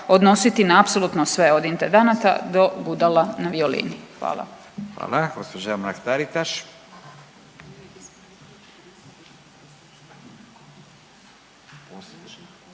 odnositi na apsolutno sve od intendanata do gudala na violini. Hvala.